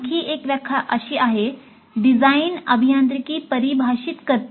आणखी एक व्याख्या अशी आहे डिझाइन अभियांत्रिकी परि भाषित करते